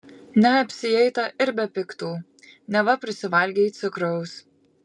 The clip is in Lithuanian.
neapsieita ir be piktų neva prisivalgei cukraus